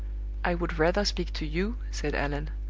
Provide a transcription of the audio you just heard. i would rather speak to you, said allan.